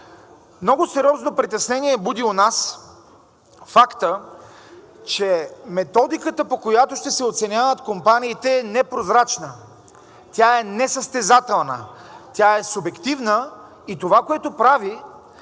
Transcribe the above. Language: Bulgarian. Много сериозно притеснение буди у нас фактът, че методиката, по която ще се оценяват компаниите, е непрозрачна, тя е несъстезателна, тя е субективна и това, което прави,